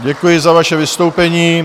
Děkuji za vaše vystoupení.